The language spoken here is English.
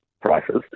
prices